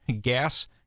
gas